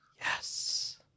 Yes